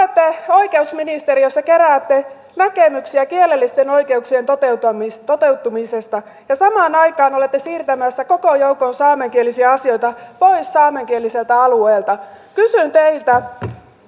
oikeusministeriössä keräätte näkemyksiä kielellisten oikeuksien toteutumisesta toteutumisesta ja samaan aikaan olette siirtämässä koko joukon saamenkielisiä asioita pois saamenkieliseltä alueelta kysyn teiltä